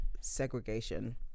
segregation